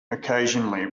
occasionally